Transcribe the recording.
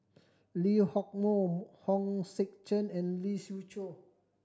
Lee Hock Moh Hong Sek Chern and Lee Siew Choh